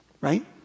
right